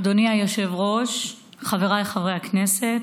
אדוני היושב-ראש, חבריי חברי הכנסת,